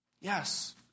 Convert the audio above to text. yes